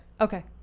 okay